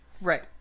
Right